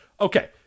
okay